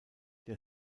der